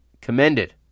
commended